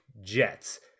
Jets